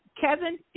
Kevin